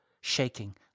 shaking